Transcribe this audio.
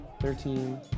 Thirteen